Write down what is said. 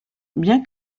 bien